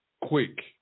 quick